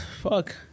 fuck